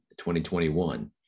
2021